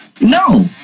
No